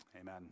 Amen